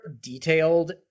detailed